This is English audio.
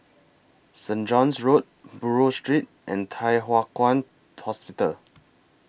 St John's Road Buroh Street and Thye Hua Kwan Hospital